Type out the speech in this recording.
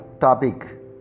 topic